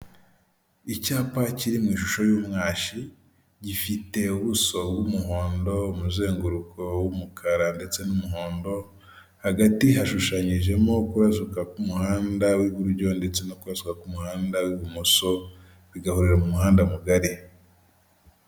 Icyapa kiri mu ishusho y'umwashi, gifite ubuso bw'umuhondo, umuzenguruko w'umukara ndetse n'umuhondo, hagati hashushanyijemo kubasuka umuhanda w'iburyo ndetse no kubasuka ku muhanda w'ibumoso, bigahurira mu muhanda mugari.